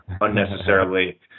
unnecessarily